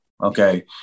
Okay